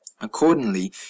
Accordingly